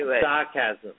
sarcasm